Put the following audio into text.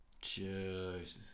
Jesus